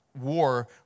war